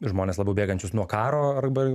žmones labiau bėgančius nuo karo arba